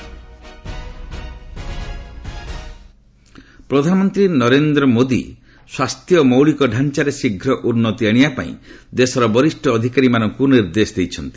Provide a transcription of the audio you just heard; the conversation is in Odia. ପିଏମ କୋଭିଡ ମିଟିଂ ପ୍ରଧାନମନ୍ତ୍ରୀ ନରେନ୍ଦ୍ର ମୋଦୀ ଦେଶରେ ସ୍ୱାସ୍ଥ୍ୟ ମୌଳିକ ଢାଞ୍ଚାରେ ଶୀଘ୍ର ଉନ୍ନତି ଆଣିବା ପାଇଁ ଦେଶର ବରିଷ ଅଧିକାରୀମାନଙ୍କୁ ନିର୍ଦ୍ଦେଶ ଦେଇଛନ୍ତି